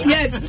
Yes